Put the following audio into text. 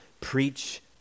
preach